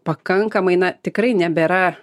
pakankamai na tikrai nebėra